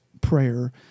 prayer